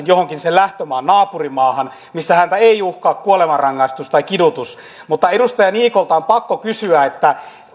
johonkin sen lähtömaan naapurimaahan missä häntä ei uhkaa kuolemanrangaistus tai kidutus mutta edustaja niikolta on pakko kysyä kun